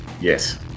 Yes